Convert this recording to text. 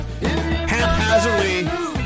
Haphazardly